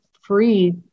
free